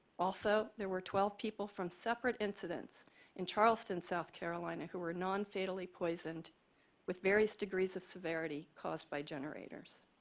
also, there were twelve people from separate incidents in charleston, south carolina who were non-fatally poisoned with various degrees of severity caused by generators.